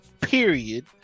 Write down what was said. Period